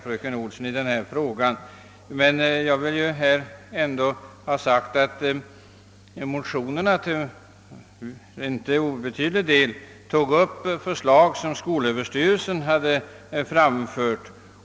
Fröken Olsson anser att propositionen var bäst, men jag vill framhålla att motionerna till inte obetydlig del tog upp förslag som skolöverstyrelsen hade framfört.